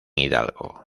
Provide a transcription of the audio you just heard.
hidalgo